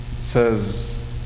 says